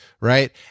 right